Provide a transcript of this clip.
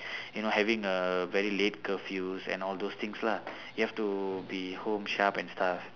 you know having a very late curfews and all those things lah you have to be home sharp and stuff